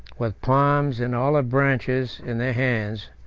with palms and olive branches in their hands,